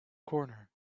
corner